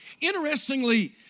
interestingly